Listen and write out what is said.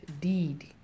deed